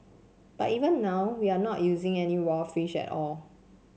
but even now we are not using any raw fish at all